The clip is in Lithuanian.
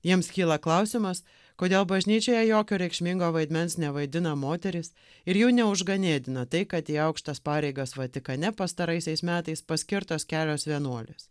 jiems kyla klausimas kodėl bažnyčioje jokio reikšmingo vaidmens nevaidina moterys ir jų neužganėdina tai kad į aukštas pareigas vatikane pastaraisiais metais paskirtos kelios vienuolės